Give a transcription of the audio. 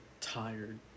tired